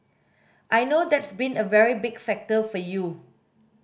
I know that's been a very big factor for you